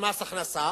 מס הכנסה